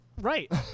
Right